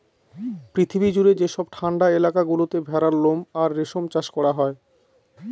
পৃথিবী জুড়ে যেসব ঠান্ডা এলাকা গুলোতে ভেড়ার লোম আর রেশম চাষ করা হয়